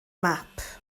map